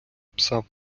пса